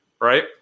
right